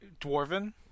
dwarven